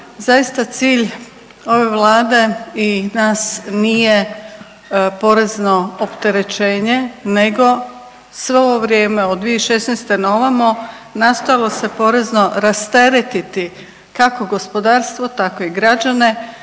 zaista cilj ove Vlade i nas nije porezno opterećenje nego sve ovo vrijeme od 2016. na ovamo nastojalo se porezno rasteretiti kako gospodarstvo, tako i građane,